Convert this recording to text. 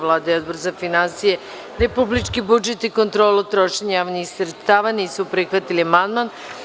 Vlada i Odbor za finansije, republički budžet i kontrolu trošenja javnih sredstava nisu prihvatili amandman.